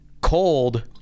cold